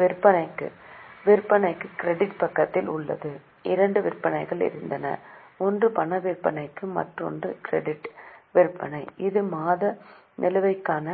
விற்பனைக்கு விற்பனை கிரெடிட் பக்கத்தில் உள்ளது இரண்டு விற்பனைகள் இருந்தன ஒன்று பண விற்பனைக்கு மற்றொன்று கிரெடிட் விற்பனை இது மாத நிலுவைக்கான